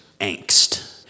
angst